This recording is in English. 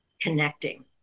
connecting